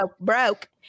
broke